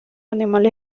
animales